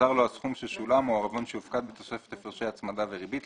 יוחזר לו הסכום ששולם או העירבון שהופקד בתוספת הפרשי הצמדה וריבית,